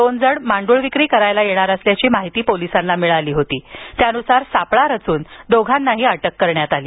दोन जण मांडुळ विक्री करायला येणार असल्याची माहिती पोलिसांना मिळाली होती त्यानुसार सापळा रचुन दोघांनाही अटक करण्यात आली